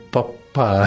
Papa